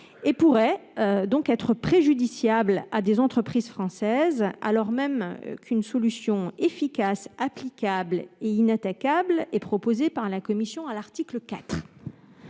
et pourraient donc être préjudiciables à des entreprises françaises, alors même qu'une solution efficace, applicable et inattaquable est proposée par la commission à l'article 4.